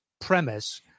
premise